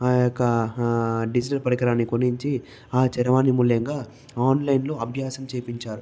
ఆ యొక్క డిజిటల్ పరికరాన్ని కొన్నించి ఆ చరవాణి మూల్యంగా ఆన్లైన్లో అభ్యాసం చేయించారు